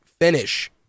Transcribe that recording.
finish